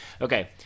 Okay